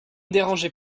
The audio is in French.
dérangez